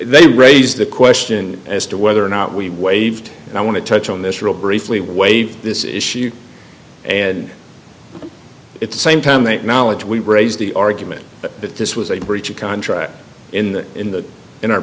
they raised the question as to whether or not we waived and i want to touch on this real briefly wade this issue and it's the same time that knowledge we raised the argument that this was a breach of contract in the in the in our